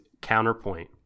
counterpoint